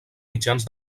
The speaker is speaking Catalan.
mitjans